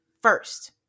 first